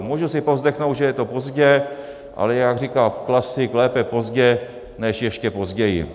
Můžu si povzdechnout, že je to pozdě, ale jak říká klasik, lépe pozdě než ještě později.